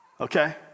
okay